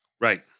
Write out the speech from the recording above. Right